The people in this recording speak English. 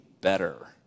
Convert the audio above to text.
better